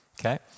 okay